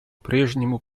прежнему